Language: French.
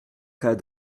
cas